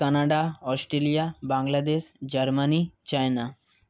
Canada Australia Bangladesh Germany China